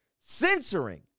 Censoring